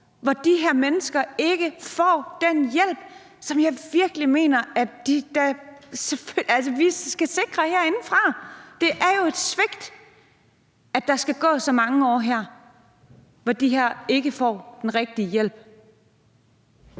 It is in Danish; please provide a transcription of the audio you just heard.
at de her mennesker ikke har fået den hjælp, som jeg virkelig mener at vi da selvfølgelig skal sikre dem herindefra. Det er jo et svigt, at der skal gå så mange år, hvor de ikke får den rigtige hjælp.